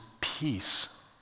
peace